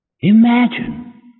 imagine